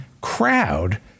crowd